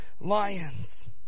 lions